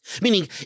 Meaning